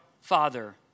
Father